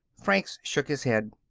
franks shook his head.